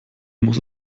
muss